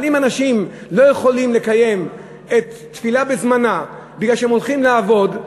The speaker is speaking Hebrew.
אבל אם אנשים לא יכולים לקיים תפילה בזמנה בגלל שהם הולכים לעבוד,